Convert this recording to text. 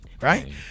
right